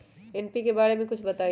NPK बारे म कुछ बताई?